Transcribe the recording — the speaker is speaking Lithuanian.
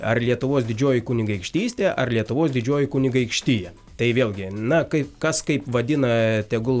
ar lietuvos didžioji kunigaikštystė ar lietuvos didžioji kunigaikštija tai vėlgi na kaip kas kaip vadina tegul